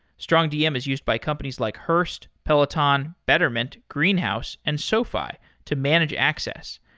strongdm is used by companies like hearst, peloton, betterment, greenhouse and sofi to manage access.